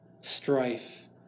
strife